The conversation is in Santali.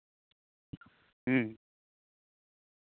ᱦᱮᱸ